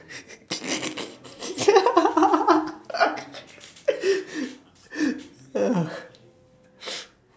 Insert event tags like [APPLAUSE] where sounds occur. [LAUGHS]